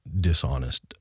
dishonest